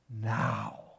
now